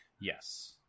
Yes